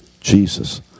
Jesus